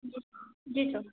जी जी सर